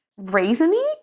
raisiny